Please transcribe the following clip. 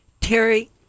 Terry